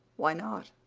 why not?